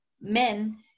men